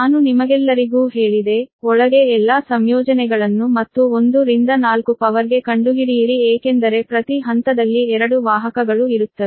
ನಾನು ನಿಮಗೆಲ್ಲರಿಗೂ ಹೇಳಿದೆ ಒಳಗೆ ಎಲ್ಲಾ ಸಂಯೋಜನೆಗಳನ್ನು ಮತ್ತು 1 ರಿಂದ 4 ಪವರ್ಗೆ ಕಂಡುಹಿಡಿಯಿರಿ ಏಕೆಂದರೆ ಪ್ರತಿ ಹಂತದಲ್ಲಿ 2 ವಾಹಕಗಳು ಇರುತ್ತವೆ